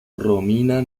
romina